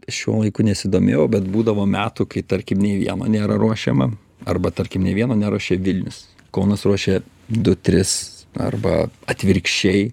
šiuo laiku nesidomėjau bet būdavo metų kai tarkim nei vieno nėra ruošiama arba tarkim nei vieno neruošė vilnius kaunas ruošė du tris arba atvirkščiai